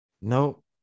Nope